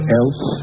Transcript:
else